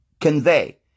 convey